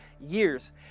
years